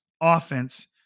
offense